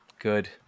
Good